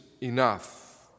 enough